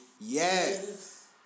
yes